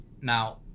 Now